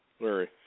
Larry